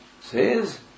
says